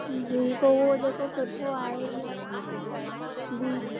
बीह पोइ उहो जेको सुठो आहे इहो जी